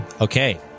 Okay